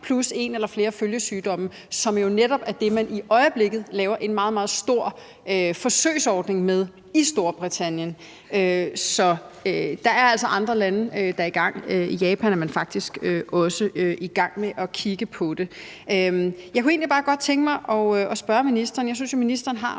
plus en eller flere følgesygdomme, som jo netop er det, man i øjeblikket laver en meget, meget stor forsøgsordning med i Storbritannien. Så der er altså andre lande, der er i gang. I Japan er man faktisk også i gang med at kigge på det. Jeg synes jo, at ministeren har nogle rigtig, rigtig gode pointer her,